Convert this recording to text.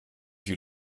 you